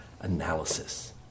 analysis